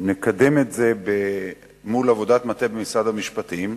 נקדם את זה בעבודת מטה עם משרד המשפטים.